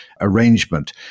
arrangement